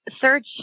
search